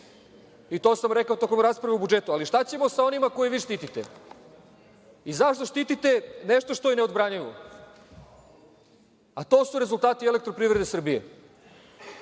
to sam rekao i tokom rasprave o budžetu. Ali šta ćemo sa onima koje vi štitite i zašto štitite nešto što je neodbranjivo, a to su rezultati „Elektroprivrede